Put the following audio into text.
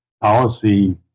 policy